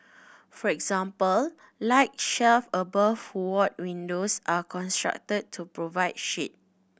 for example light shelves above ward windows are constructed to provide shade